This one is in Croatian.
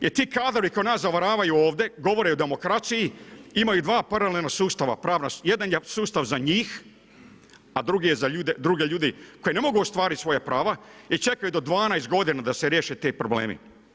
Jer ti kadrovi koji nas zavaravaju ovdje govore o demokraciji, imaju dva paralelna sustava, jedan je sustav za njih a drugi je za druge ljude koji ne mogu ostvariti svoja prava i čekaju do 12 godina da se riješe ti problemi.